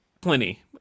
plenty